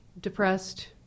Depressed